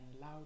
loud